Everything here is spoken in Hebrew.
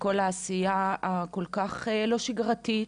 וכל העשייה הכל כך לא שגרתית.